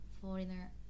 foreigner